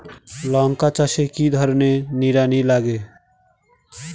লঙ্কা চাষে কি ধরনের নিড়ানি লাগে?